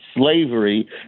slavery